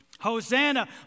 Hosanna